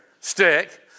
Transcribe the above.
stick